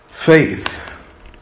faith